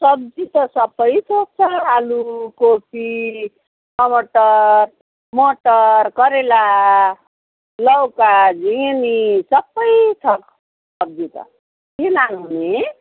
सब्जी त सबै थोक छ आलु कोपी टमाटर मटर करेला लौका झिङ्गिनी सबै छ सब्जी त के लानुहुने